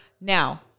Now